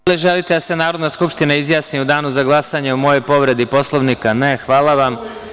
Da li želite da se Narodna skupština izjasni u danu za glasanje o mojoj povredi Poslovnika? (Ne) Hvala vam.